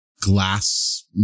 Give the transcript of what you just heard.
glass